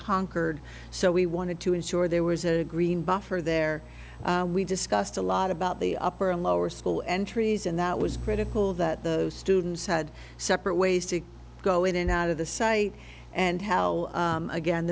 concord so we wanted to ensure there was a green buffer there we discussed a lot about the upper and lower school entries and that was critical that the students had separate ways to go in and out of the site and how again